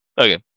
Okay